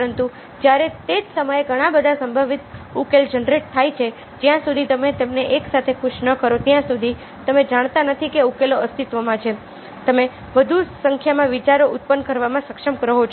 પરંતુ જ્યારે તે જ સમયે ઘણા બધા સંભવિત ઉકેલો જનરેટ થાય છે જ્યાં સુધી તમે તેમને એકસાથે ખુશ ન કરો ત્યાં સુધી તમે જાણતા નથી કે ઉકેલો અસ્તિત્વમાં છે તમે વધુ સંખ્યામાં વિચારો ઉત્પન્ન કરવામાં સક્ષમ રહો છો